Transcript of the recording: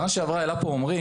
שנה שעברה העלה פה עומרי,